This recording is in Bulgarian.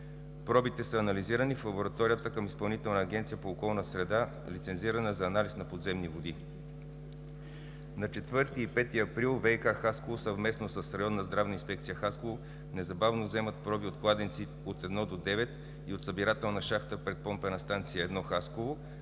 Пробите са анализирани в лабораторията към Изпълнителна агенция по околна среда, лицензирана за анализ на подземни води. На 4-и и 5 април ВиК – Хасково, съвместно с Районна здравна инспекция – Хасково незабавно вземат проби от кладенци от 1 до 9 и от събирателна шахта пред „Помпена станция 1“ – Хасково,